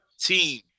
team